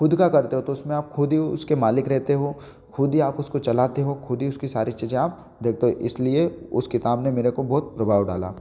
खुद का करते हो तो उसमें आप खुद हि उसके मालिक रहते हो खुद ही आप उसको चलाते हो खुद ही उसकी सारी चीज आप देखते हो इसलिए उस किताब ने मेरे को बहुत प्रभाव डाला